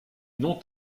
non